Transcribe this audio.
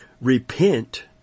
Repent